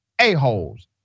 a-holes